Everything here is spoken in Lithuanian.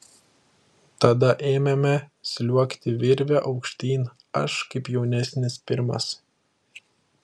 tada ėmėme sliuogti virve aukštyn aš kaip jaunesnis pirmas